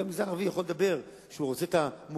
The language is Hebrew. גם המגזר הערבי יכול לדבר שהוא רוצה את המעורבות,